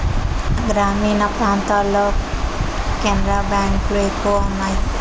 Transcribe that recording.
గ్రామీణ ప్రాంతాల్లో కెనరా బ్యాంక్ లు ఎక్కువ ఉన్నాయి